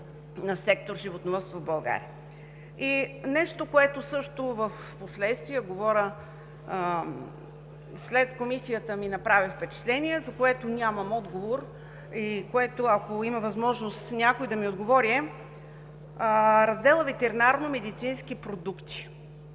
на сектор „Животновъдство“ в България. И нещо, което също впоследствие – след Комисията ми направи впечатление, за което нямам отговор, и ако има възможност, някой да ми отговори, е Разделът „Ветеринарномедицински продукти“.